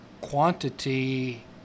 quantity